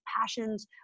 passions